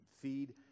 feed